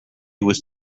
was